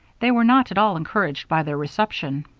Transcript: they were not at all encouraged by their reception.